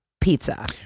pizza